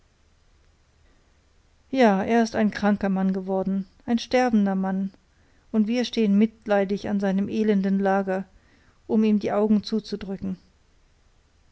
ja er ist ein kranker mann geworden ein sterbender mann und wir stehen mitleidig an seinem elenden lager um ihm die augen zuzudrücken